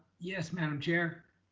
yes, ma'am chair.